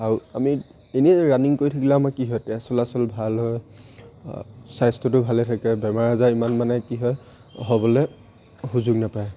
আৰু আমি এনেই ৰানিং কৰি থাকিলে আমাৰ কি হ'য় তেজ চলাচল ভাল হয় স্বাস্থ্যটো ভালে থাকে বেমাৰ আজাৰ ইমান মানে কি হয় হ'বলৈ সুযোগ নেপায়